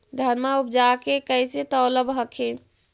धनमा उपजाके कैसे तौलब हखिन?